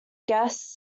guest